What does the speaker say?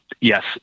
yes